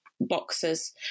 boxes